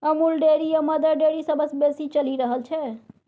Amul dairy आ Mother Dairy सबसँ बेसी चलि रहल छै